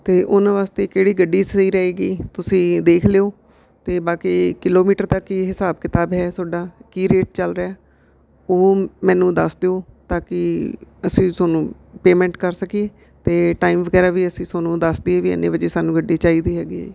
ਅਤੇ ਉਹਨਾਂ ਵਾਸਤੇ ਕਿਹੜੀ ਗੱਡੀ ਸਹੀ ਰਹੇਗੀ ਤੁਸੀਂ ਦੇਖ ਲਿਓ ਅਤੇ ਬਾਕੀ ਕਿਲੋਮੀਟਰ ਤੱਕ ਇਹ ਹਿਸਾਬ ਕਿਤਾਬ ਹੈ ਤੁਹਾਡਾ ਕੀ ਰੇਟ ਚੱਲ ਰਿਹਾ ਉਹ ਮੈਨੂੰ ਦੱਸ ਦਿਓ ਤਾਂ ਕਿ ਅਸੀਂ ਤੁਹਾਨੂੰ ਪੇਮੈਂਟ ਕਰ ਸਕੀਏ ਅਤੇ ਟਾਈਮ ਵਗੈਰਾ ਵੀ ਅਸੀਂ ਤੁਹਾਨੂੰ ਦੱਸ ਦਈਏ ਵੀ ਐਨੇ ਵਜੇ ਸਾਨੂੰ ਗੱਡੀ ਚਾਹੀਦੀ ਹੈਗੀ